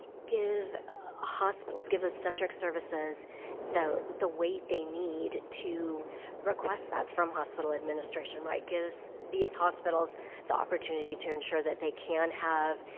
give hospitals, give obstetric services the the weight they need to request that from hospital administration, right? gives these hospitals the opportunity to ensure that they can have